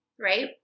right